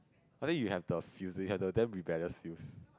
I think you have the feels you have the damn rebellious feels